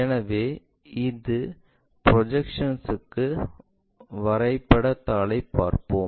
எனவே இந்த ப்ரொஜெக்ஷன் க்கு வரைபட தாளைப் பார்ப்போம்